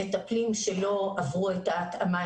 מטפלים שלא עברו את ההתאמה,